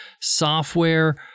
software